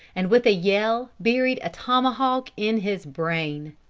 and with a yell buried a tomahawk in his brain.